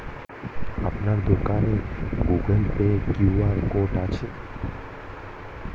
আপনার দোকানে Google Pay Q R code আছে?